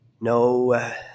no